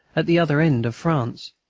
at the other end of france.